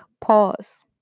pause